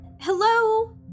Hello